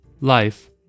life